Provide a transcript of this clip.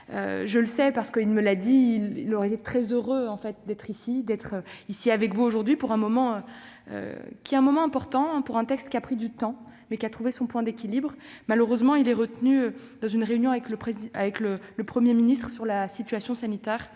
Je le sais parce qu'il me l'a dit, il aurait été très heureux d'être parmi vous pour ce moment important, car il a fallu du temps pour que ce texte trouve son point d'équilibre. Malheureusement, il est retenu par une réunion avec le Premier ministre sur la situation sanitaire,